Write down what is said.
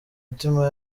mitima